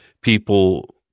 people